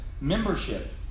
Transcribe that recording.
membership